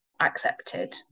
accepted